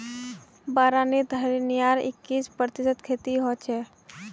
बारानीत हरियाणार इक्कीस प्रतिशत खेती हछेक